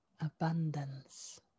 abundance